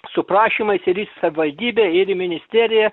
su prašymais ir į savivaldybę ir ministeriją